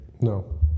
No